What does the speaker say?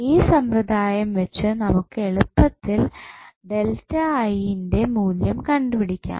ഈ സമ്പ്രദായം വെച്ച് നമുക്ക് എളുപ്പത്തിൽ ന്റെ മൂല്യം കണ്ടുപിടിക്കാം